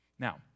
Now